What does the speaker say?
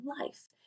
life